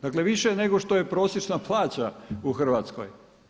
Dakle, više nego što je prosječna plaća u Hrvatskoj.